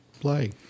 Play